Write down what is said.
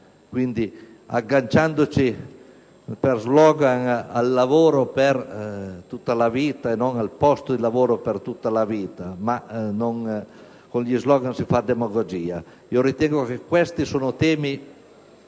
Quindi, agganciandoci, allo slogan: al lavoro per tutta la vita e non al posto di lavoro per tutta la vita (anche se con gli slogan si fa solo demagogia) , ritengo che questi temi,